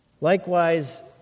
Likewise